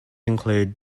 include